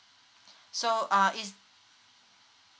so uh is